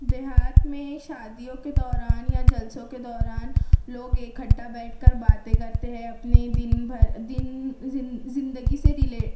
دیہات میں شادیوں کے دوران یا جلسوں کے دوران لوگ اکٹھا بیٹھ کر باتیں کرتے ہیں اپنی دن بھر دن زندگی سے رلے